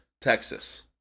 texas